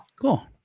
cool